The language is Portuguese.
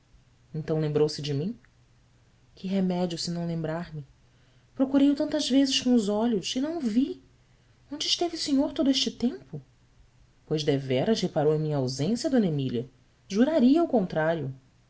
então lembrou-se de mim ue remédio se não lembrar-me procurei o tantas vezes com os olhos e não o vi onde esteve o senhor todo este tempo ois deveras reparou em minha ausência d emília juraria o contrário